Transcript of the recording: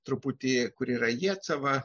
truputį kur yra jietsava